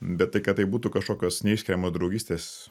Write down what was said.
bet tai kad tai būtų kažkokios neišskiriamos draugystės